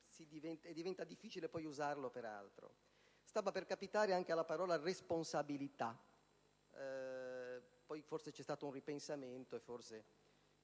e diventa difficile usarlo per altro. Stava per capitare anche alla parola responsabilità: poi, forse, c'è stato un ripensamento, e forse